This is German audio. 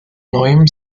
neuem